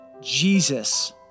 Jesus